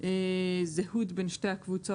זהות בין שתי הקבוצות,